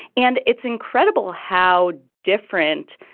and it's incredible how different